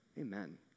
Amen